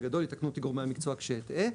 בגדול יתקנו אותי גורמי המקצוע כשאטעה,